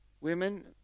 Women